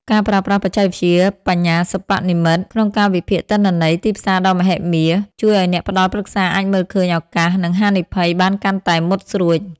ការប្រើប្រាស់បច្ចេកវិទ្យាបញ្ញាសិប្បនិម្មិត ក្នុងការវិភាគទិន្នន័យទីផ្សារដ៏មហិមា ជួយឱ្យអ្នកផ្ដល់ប្រឹក្សាអាចមើលឃើញឱកាស និងហានិភ័យបានកាន់តែមុតស្រួច។